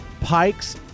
Pike's